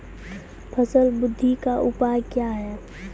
फसल बृद्धि का उपाय क्या हैं?